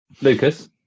Lucas